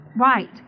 right